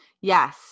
Yes